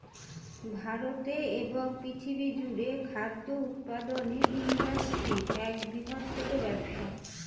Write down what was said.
ভারতে এবং পৃথিবী জুড়ে খাদ্য উৎপাদনের ইন্ডাস্ট্রি এক বৃহত্তম ব্যবসা